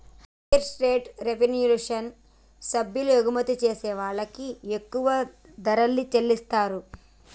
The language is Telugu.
ఫెయిర్ ట్రేడ్ రెవల్యుషన్ సభ్యులు ఎగుమతి జేసే వాళ్ళకి ఎక్కువ ధరల్ని చెల్లిత్తారు